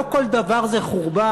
לא כל דבר זה חורבן,